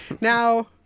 Now